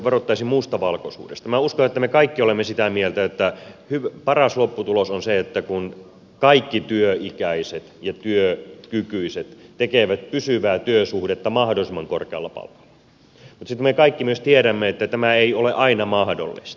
minä uskon että me kaikki olemme sitä mieltä että paras lopputulos on se että kaikki työikäiset ja työkykyiset tekevät pysyvää työsuhdetta mahdollisimman korkealla palkalla mutta sitten me kaikki myös tiedämme että tämä ei ole aina mahdollista